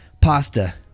pasta